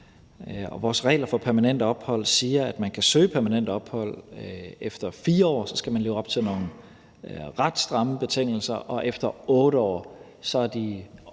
Vores regler for permanent ophold siger, at man kan søge om permanent ophold efter 4 år, og der skal man leve op til nogle ret stramme betingelser, og efter 8 år er de